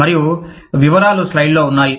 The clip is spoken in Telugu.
మరియు వివరాలు స్లయిడ్లో ఉన్నాయి